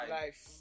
life